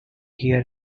hear